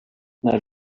när